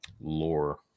lore